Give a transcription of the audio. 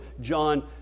John